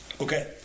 Okay